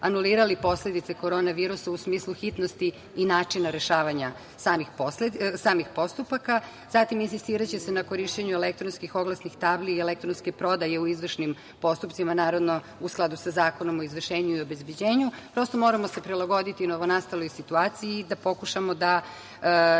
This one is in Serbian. anulirali posledice korona virusa u smislu hitnosti i načina rešavanja samih postupaka. Zatim, insistiraće se na korišćenju elektronskih oglasnih tabli i elektronske prodaje u izvršnim postupcima, naravno, u skladu sa Zakonom o izvršenju i obezbeđenju. Prosto, moramo se prilagoditi novonastaloj situaciji i da pokušamo da